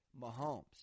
Mahomes